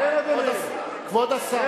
כבוד השר,